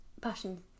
passion